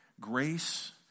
grace